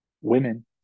women